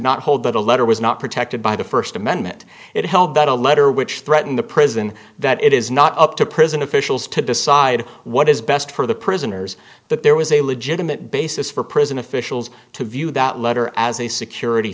not hold that a letter was not protected by the first amendment it held that a letter which threatened the prison that it is not up to prison officials to decide what is best for the prisoners that there was a legitimate basis for prison officials to view that letter as a security